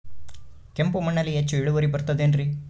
ಕೆಂಪು ಮಣ್ಣಲ್ಲಿ ಹೆಚ್ಚು ಇಳುವರಿ ಬರುತ್ತದೆ ಏನ್ರಿ?